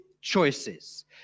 choices